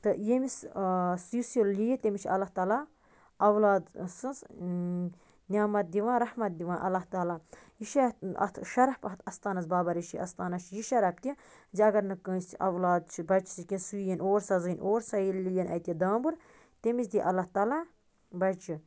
تہٕ ییٚمِس یُس یہِ لِیہِ تٔمِس چھِ اللہ تعلیٰ اَولاد سٕنٛز نعمت دِوان رحمت دِوان اللہ تعلیٰ یہِ چھُ اَتھ اَتھ شرف اَتھ اَستانس بابا ریٖشی اَستانَس چھُ یہِ شرف کہِ زِ اَگر نہٕ کٲنٛسہِ اَولاد چھِ بَچہِ چھِ ییٚکیٛاہ سُہ یِیِنۍ اور سۄ زٔنۍ اور سۄ یہِ لِیِنۍ اَتہِ دامبُر تٔمس دی اللہ تعلیٰ بچہِ